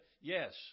yes